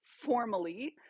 formally